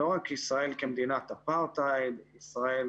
לא רק ישראל כמדינת אפרטהייד, ישראל